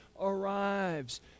arrives